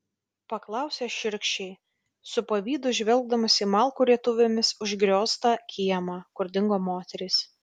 paklausė šiurkščiai su pavydu žvelgdamas į malkų rietuvėmis užgrioztą kiemą kur dingo moterys